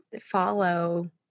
follow